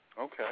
Okay